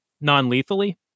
non-lethally